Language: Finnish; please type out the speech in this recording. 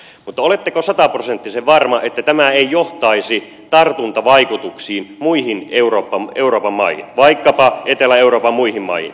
mutta oletteko sataprosenttisen varma että tämä ei johtaisi tartuntavaikutuksiin muihin euroopan maihin vaikkapa etelä euroopan muihin maihin